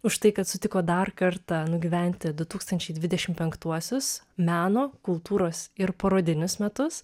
už tai kad sutiko dar kartą nugyventi du tūkstančiai dvidešimt penktuosius meno kultūros ir parodinius metus